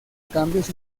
cambios